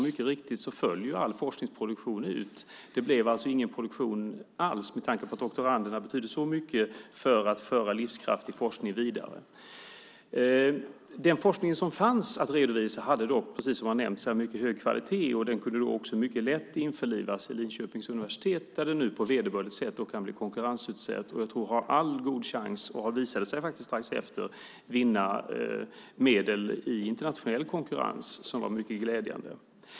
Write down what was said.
Mycket riktigt föll all forskningsproduktion ut. Det blev alltså ingen produktion alls med tanke på att doktoranderna betydde så mycket för att föra livskraftig forskning vidare. Den forskning som fanns att redovisa hade dock, precis som har nämnts här, mycket hög kvalitet, och den kunde mycket lätt införlivas i Linköpings universitet, där den nu på vederbörligt sätt kan bli konkurrensutsatt och har all god chans - vilket har visat sig vara riktigt - att vinna medel i internationell konkurrens. Det var mycket glädjande.